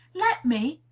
let me!